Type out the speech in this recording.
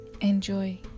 Enjoy